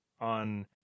on